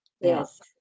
Yes